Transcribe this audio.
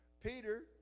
Peter